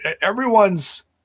everyone's –